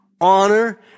honor